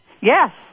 Yes